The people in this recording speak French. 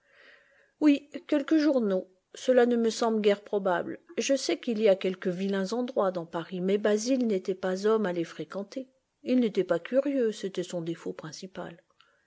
oui quelques journaux cela ne me semble guère probable je sais qu'il y a quelques vilains endroits dans paris mais basil n'était pas homme à les fréquenter il n'était pas curieux c'était son défaut principal